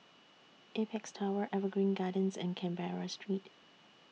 Apex Tower Evergreen Gardens and Canberra Street